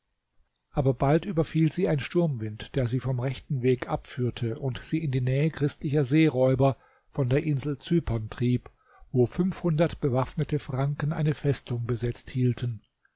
aber bald überfiel sie ein sturmwind der sie vom rechten weg abführte und sie in die nähe christlicher seeräuber von der insel zypern trieb wo fünfhundert bewaffnete franken eine festung besetzt hielten